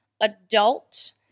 adult